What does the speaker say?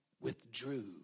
withdrew